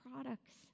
products